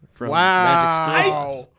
Wow